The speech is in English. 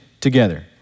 together